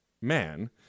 man